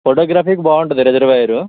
ఫోటోగ్రఫీకి బాగుంటుంది రిజర్వాయరు